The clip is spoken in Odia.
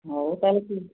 ହଉ ତାହେଲେ ଠିକ୍